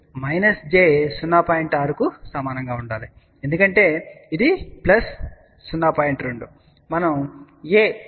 6 కు సమానంగా ఉంటుంది ఎందుకంటే ఇది 0